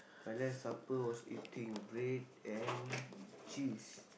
my last supper was eating bread and cheese